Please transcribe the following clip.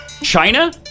China